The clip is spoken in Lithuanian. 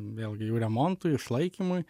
vėlgi jų remontui išlaikymui